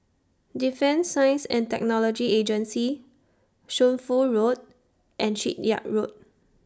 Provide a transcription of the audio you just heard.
Defence Science and Technology Agency Shunfu Road and Shipyard Road